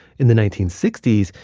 in the nineteen sixty s,